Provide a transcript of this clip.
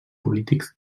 polítics